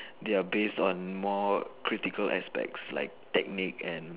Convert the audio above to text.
they are based on more critical aspect like technique and